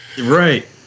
right